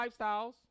lifestyles